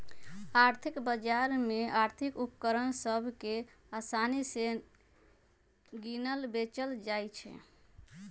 आर्थिक बजार में आर्थिक उपकरण सभ के असानि से किनल बेचल जाइ छइ